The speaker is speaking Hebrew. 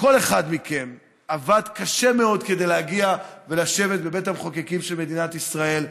כל אחד מכם עבד קשה מאוד כדי להגיע ולשבת בבית המחוקקים של מדינת ישראל.